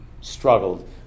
struggled